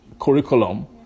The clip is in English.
curriculum